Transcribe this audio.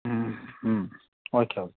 ಹ್ಞೂ ಹ್ಞೂ okay okay